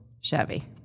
Chevy